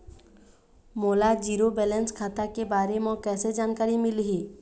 मोला zero balance खाता के बारे म कैसे जानकारी मिलही?